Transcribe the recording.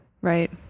Right